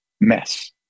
mess